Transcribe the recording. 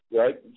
right